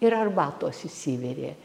ir arbatos išsivirė